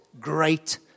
great